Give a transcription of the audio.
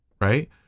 right